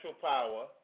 power